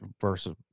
versus